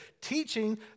teaching